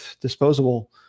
disposable